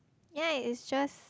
ya it's just